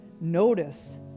notice